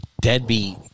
deadbeat